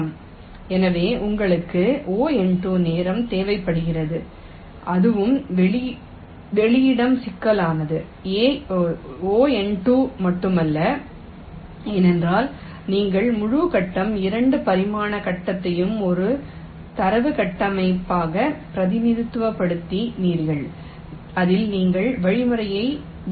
எனவே உங்களுக்கு Ο நேரம் தேவைப்படுகிறது அதுவும் வெளியிடம் சிக்கலானது Ο மட்டுமல்ல ஏனென்றால் நீங்கள் முழு கட்டம் 2 பரிமாண கட்டத்தையும் ஒரு தரவு கட்டமைப்பாக பிரதிநிதித்துவப்படுத்கிறீர்கள் அதில் நீங்கள் வழிமுறையை இயக்குகிறீர்கள்